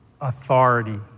authority